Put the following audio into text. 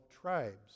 tribes